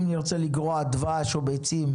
אם נרצה לגרוע דבש או ביצים,